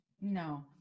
No